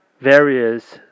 various